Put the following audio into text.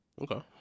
Okay